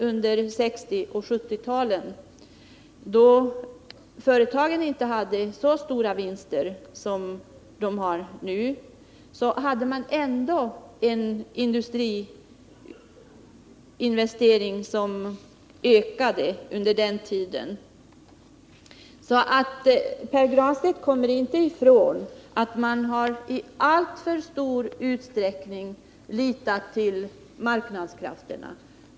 Under 1960-talet och början av 1970-talet ökade industriinvesteringarna, trots att företagen inte hade så stora vinster som de har nu. Pär Granstedt kommer inte ifrån att de borgerliga i alltför stor utsträckning har litat till marknadskrafterna.